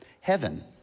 heaven